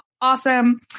awesome